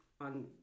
on